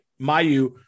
Mayu